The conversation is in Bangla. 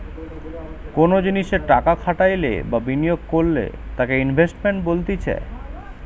কোনো জিনিসে টাকা খাটাইলে বা বিনিয়োগ করলে তাকে ইনভেস্টমেন্ট বলতিছে